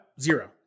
zero